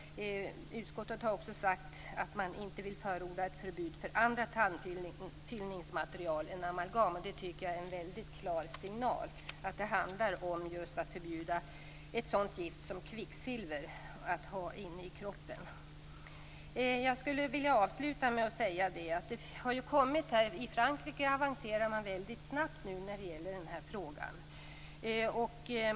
Utskottet har sagt att man inte vill förorda ett förbud för andra tandfyllningsmaterial än amalgam. Det tycker jag är en klar signal om att det handlar just om att förbjuda att man har ett sådant gift som kvicksilver i kroppen. I Frankrike avancerar man snabbt i den här frågan.